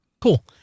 Cool